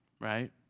right